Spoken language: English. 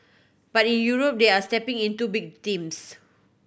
but in Europe they are stepping into big teams